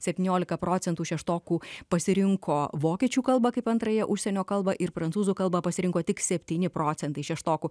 septyniolika procentų šeštokų pasirinko vokiečių kalbą kaip antrąją užsienio kalbą ir prancūzų kalbą pasirinko tik septyni procentai šeštokų